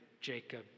Jacob